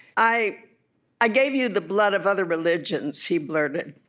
i i gave you the blood of other religions he blurted.